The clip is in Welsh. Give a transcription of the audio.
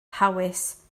hawys